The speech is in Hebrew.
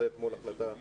זאת החלטה שאתמול